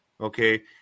okay